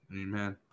Amen